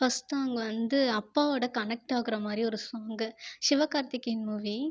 first song வந்து அப்பாவோட connect ஆகிற மாதிரி ஒரு சாங் சிவகார்த்திகேயன் மூவி